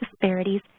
disparities